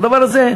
לדבר הזה,